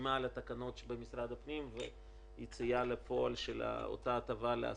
החתימה על התקנות שבמשרד הפנים ויציאה לפועל של אותה הטבה לעסקים.